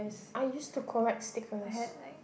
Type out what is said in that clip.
I used to collect stickers